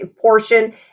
portion